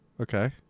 Okay